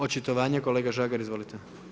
Očitovanje kolega Žagar, izvolite.